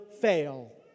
fail